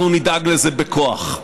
אנחנו נדאג לזה בכוח.